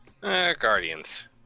Guardians